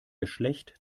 geschlecht